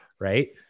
Right